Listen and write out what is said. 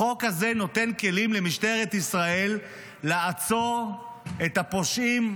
החוק הזה נותן כלים למשטרת ישראל לעצור את הפושעים,